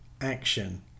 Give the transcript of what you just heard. action